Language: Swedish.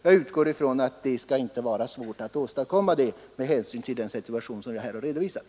Jag utgår ifrån att det inte skall vara svårt att åstadkomma sådana, med hänsyn till den särskilda situation som jag redovisat.